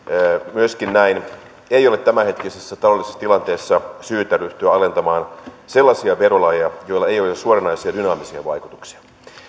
myöskin näin ei ole tämänhetkisessä taloudellisessa tilanteessa syytä ryhtyä alentamaan sellaisia verolajeja joilla ei ole ole suoranaisia dynaamisia vaikutuksia